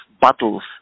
battles